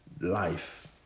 life